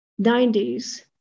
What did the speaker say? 90s